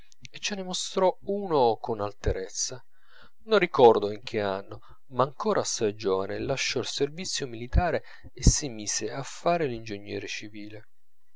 e ce ne mostrò uno con alterezza non ricordo in che anno ma ancora assai giovane lasciò il servizio militare e si mise a far l'ingegnere civile